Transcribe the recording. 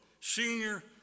senior